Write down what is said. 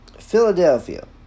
Philadelphia